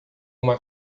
uma